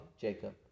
Jacob